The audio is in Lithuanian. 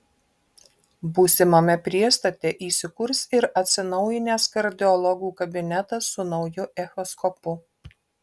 būsimame priestate įsikurs ir atsinaujinęs kardiologų kabinetas su nauju echoskopu